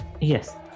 yes